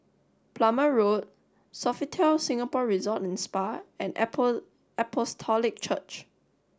Plumer Road Sofitel Singapore Resort and Spa and Apostolic Church